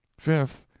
fifth.